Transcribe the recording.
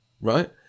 right